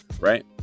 right